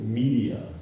media